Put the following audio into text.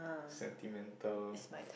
sentimental